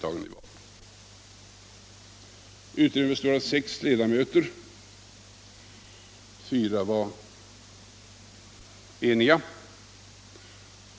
Utredningen bestod av sex ledamöter. Fyra var överens.